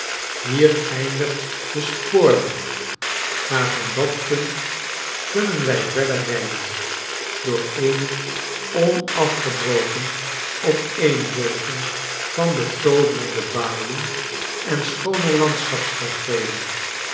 hier eindigt de spoorweg maar van dat punt kunnen wij verder rijden door eene onafgebroken opeenvolging van betooverende baaien en schoone